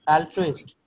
Altruist